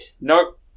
Nope